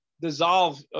dissolve